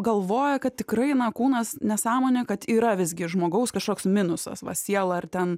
galvoja kad taikrai na kūnas nesąmonė kad yra visgi žmogaus kažkoks minusas va siela ar ten